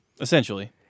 essentially